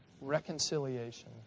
Reconciliation